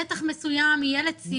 האם אנחנו אומרים שנתח מסוים יהיה לצעירים?